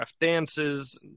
dances